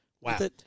wow